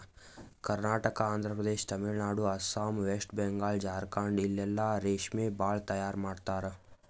Karnataka, Andhra Pradesh, Tamil Nadu, Assam, West Bengal, Jharkhand ಇಲ್ಲೆಲ್ಲಾ ರೇಶ್ಮಿ ಭಾಳ್ ತೈಯಾರ್ ಮಾಡ್ತರ್